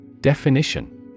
Definition